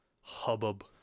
hubbub